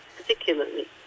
particularly